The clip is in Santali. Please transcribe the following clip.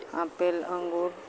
ᱟᱯᱮᱞ ᱟᱸᱜᱩᱨ